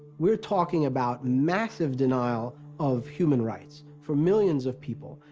we're talking about massive denial of human rights, for millions of people.